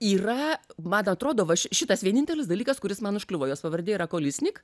yra man atrodo vat šitas vienintelis dalykas kuris man užkliuvo jos pavardė yra kolisnik